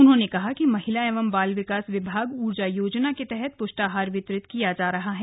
उन्होंने कहा कि महिला एवं बाल विकास विभाग ऊर्जा योजना के तहत पौष्टाहार वितरित किया जा रहा है